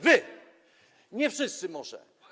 Wy. Nie wszyscy może.